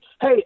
hey